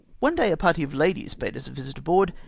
one day a party of ladies paid us a visit aboard,